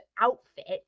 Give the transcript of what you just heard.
outfit